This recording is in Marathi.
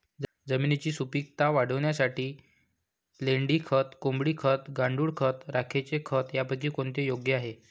जमिनीची सुपिकता वाढवण्यासाठी लेंडी खत, कोंबडी खत, गांडूळ खत, राखेचे खत यापैकी कोणते योग्य आहे?